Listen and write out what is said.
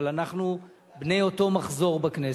אבל אנחנו בני אותו מחזור בכנסת,